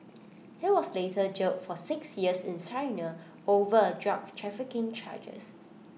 he was later jailed for six years in China over drug trafficking charges